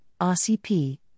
RCP